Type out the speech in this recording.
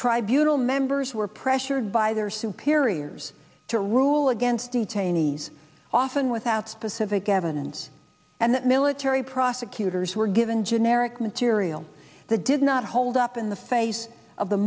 tribunals members were pressured by their superiors to rule against detainee's often without specific evidence and that military prosecutors were given generic material the does not hold up in the face of the